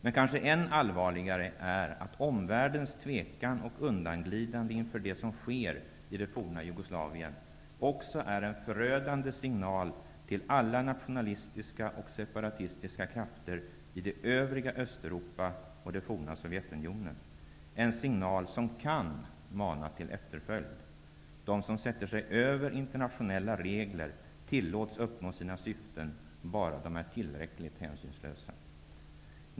Men kanske än allvarligare är, att omvärldens tvekan och undanglidande inför det som sker i det forna Jugoslavien också är en förödande signal till alla nationalistiska och separatistiska krafter i det övriga Östeuropa och det forna Sovjetunionen, en signal som kan mana till efterföljd. De som sätter sig över internationella regler tillåts uppnå sina syften bara de är tillräckligt hänsynslösa.